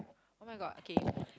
[oh]-my-god okay